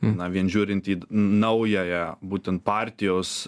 na vien žiūrint į naująją būtent partijos